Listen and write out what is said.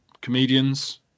comedians